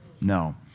No